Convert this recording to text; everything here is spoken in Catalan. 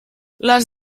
les